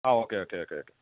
ആ okay okay okay okay